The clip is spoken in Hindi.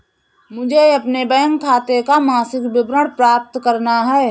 मुझे अपने बैंक खाते का मासिक विवरण प्राप्त करना है?